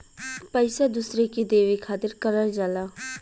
पइसा दूसरे के देवे खातिर करल जाला